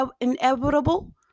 inevitable